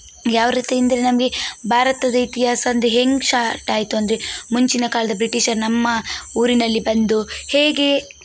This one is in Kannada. ಯಾವ ರೀತಿ ಅಂದರೆ ನಮಗೆ ಭಾರತದ ಇತಿಹಾಸ ಅಂದರೆ ಹೆಂಗೆ ಸ್ಟಾರ್ಟಾಯಿತು ಅಂದರೆ ಮುಂಚಿನ ಕಾಲದ ಬ್ರಿಟೀಷರು ನಮ್ಮ ಊರಿನಲ್ಲಿ ಬಂದು ಹೇಗೆ